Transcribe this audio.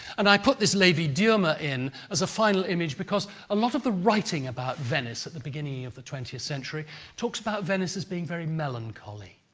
and i put this levy-dhurmer in as a final image because a lot of the writing about venice at the beginning of the twentieth century talks about venice as being very melancholy.